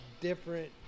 different